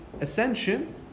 ascension